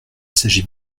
s’agit